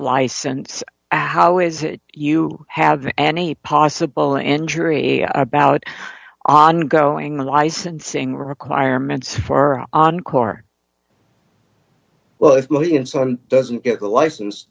license how is it you have any possible injury about ongoing licensing requirements for encore well it doesn't get license